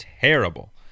terrible